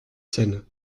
seine